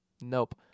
Nope